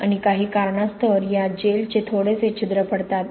आणि काही कारणास्तव या जेलचे थोडेसे छिद्र पडतात